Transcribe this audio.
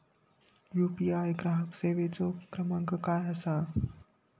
UPI ग्राहक सेवेचो क्रमांक काय असा?